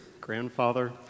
grandfather